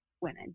women